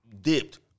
Dipped